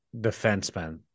defenseman